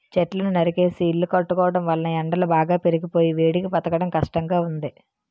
చెట్లను నరికేసి ఇల్లు కట్టుకోవడం వలన ఎండలు బాగా పెరిగిపోయి వేడికి బ్రతకడం కష్టంగా ఉంది